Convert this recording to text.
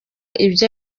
ibyo